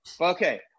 Okay